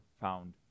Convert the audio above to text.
found